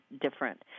different